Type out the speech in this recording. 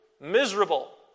miserable